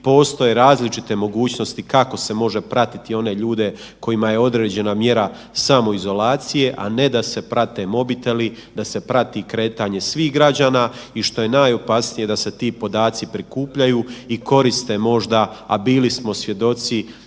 Postoje različite mogućnosti kako se može pratiti one ljude kojima je određena mjera samoizolacije, a ne da se prate mobiteli, da se prati kretanje svih građana i što je najopasnije da se ti podaci prikupljaju i koriste možda, a bili smo svjedoci